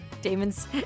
Damon's